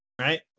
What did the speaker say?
right